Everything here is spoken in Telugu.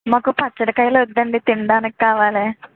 మాకు పచ్చడి కాయలు వద్దండి తిండానికి కావాలి